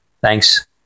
Thanks